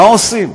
מה עושים?